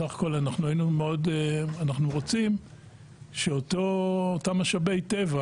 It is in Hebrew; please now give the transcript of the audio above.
סך הכול אנחנו רוצים שאותם משאבי טבע